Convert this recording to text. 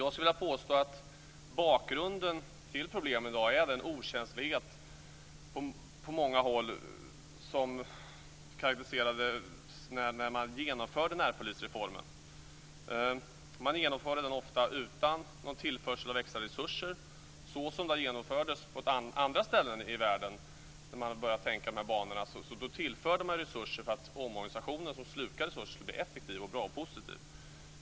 Jag skulle vilja påstå att bakgrunden till problemen i dag är den okänslighet på många håll som var karakteristisk när man genomförde närpolisreformen. Man genomförde den ofta utan någon tillförsel av extra resurser. När den genomfördes på andra ställen i världen där man börjat tänka i de här banorna tillförde man resurser för att omorganisationen, som slukar resurser, skulle bli effektiv, bra och positiv.